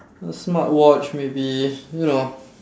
a smartwatch maybe you know